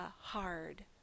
hard